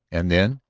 and then,